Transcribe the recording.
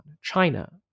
China